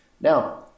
Now